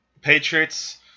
Patriots